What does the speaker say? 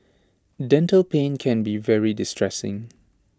dental pain can be very distressing